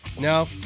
No